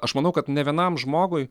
aš manau kad nė vienam žmogui